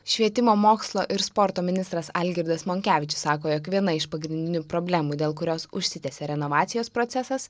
švietimo mokslo ir sporto ministras algirdas monkevičius sako jog viena iš pagrindinių problemų dėl kurios užsitęsė renovacijos procesas